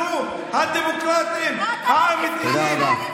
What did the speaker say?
אנחנו הדמוקרטים האמיתיים, תודה רבה.